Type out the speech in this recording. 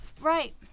right